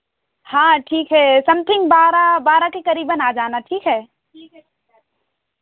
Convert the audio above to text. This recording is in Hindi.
हाँ ठीक है समथिंग बारह बारह के करीबन आ जाना ठीक है